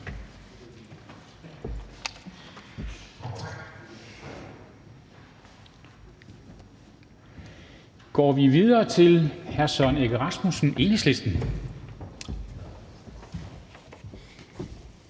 går vi videre til hr. Søren Egge Rasmussen, Enhedslisten.